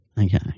Okay